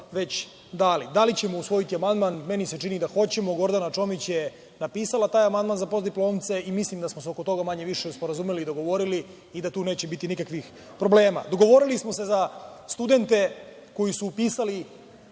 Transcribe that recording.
već dali. Da li ćemo usvojiti amandman, meni se čini da hoćemo. Gordana Čomić je napisala taj amandman za postdiplomce i mislim da smo se oko toga manje više sporazumeli i dogovorili i da tu neće biti nikakvih problema. Dogovorili smo se za studente koji su upisali